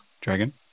Dragon